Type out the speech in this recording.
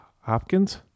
Hopkins